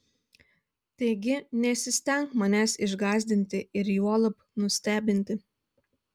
taigi nesistenk manęs išgąsdinti ir juolab nustebinti